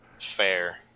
Fair